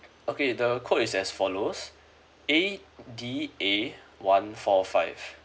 okay the code is as follows A D A one four five